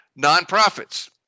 nonprofits